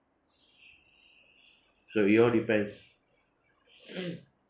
so it all depends